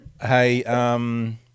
Hey